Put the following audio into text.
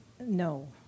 No